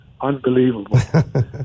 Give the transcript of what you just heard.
unbelievable